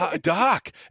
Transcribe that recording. Doc